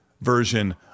version